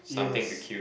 yes